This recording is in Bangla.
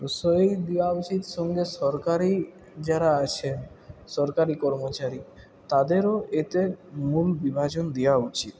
প্রশ্রয় দেওয়া উচিত সঙ্গে সরকারি যারা আছে সরকারি কর্মচারী তাদেরও এতে মূল বিভাজন দেওয়া উচিত